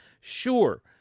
Sure